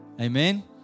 Amen